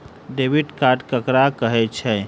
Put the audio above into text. Debit card ककरा कहै छै?